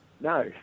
No